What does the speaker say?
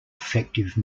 effective